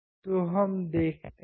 तो हम देखते हैं